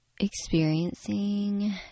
experiencing